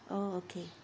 oh okay